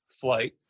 flight